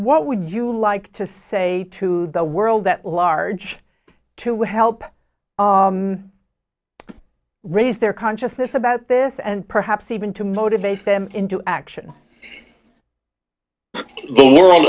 what would you like to say to the world that large to help raise their consciousness about this and perhaps even to motivate them into action the world